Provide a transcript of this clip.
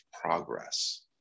progress